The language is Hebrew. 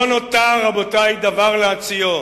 ובכן, לא נותר, רבותי, דבר להציעו.